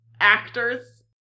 actors